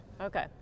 Okay